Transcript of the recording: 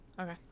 Okay